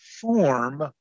form